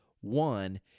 One